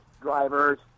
drivers